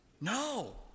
No